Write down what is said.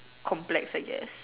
complex I guess